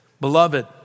beloved